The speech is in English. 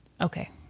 okay